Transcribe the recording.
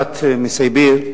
המשלחת מסיביר,